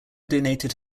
donated